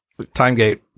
TimeGate